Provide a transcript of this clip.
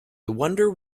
wonder